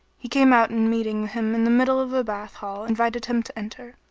he came out and meeting him in the middle of the bath hall invited him to enter.